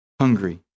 hungry